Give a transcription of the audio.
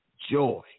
Joy